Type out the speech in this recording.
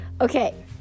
okay